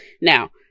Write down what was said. Now